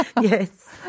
Yes